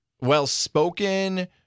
well-spoken